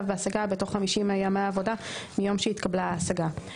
בהשגה בתוך 50 ימי עבודה מיום שהתקבלה ההשגה.